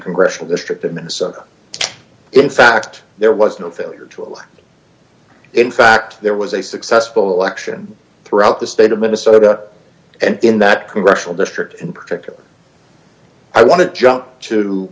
congressional district of minnesota in fact there was no failure to in fact there was a successful election throughout the state of minnesota and in that congressional district in particular i want to jump to